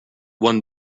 one